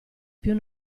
più